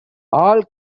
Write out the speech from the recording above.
all